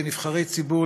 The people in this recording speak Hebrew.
כנבחרי ציבור,